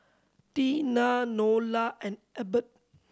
Teena Nola and Ebert